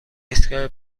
ایستگاه